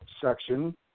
section